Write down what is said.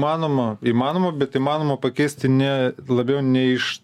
manoma įmanoma bet įmanoma pakeisti ne labiau nei iš